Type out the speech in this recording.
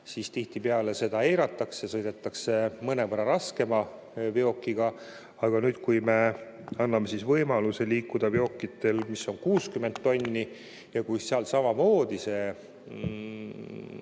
siis tihtipeale seda eiratakse, sõidetakse mõnevõrra raskema veokiga. Aga kui me anname võimaluse liikuda veokitel, mis on 60 tonni, ja kui seal samamoodi